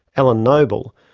alan noble,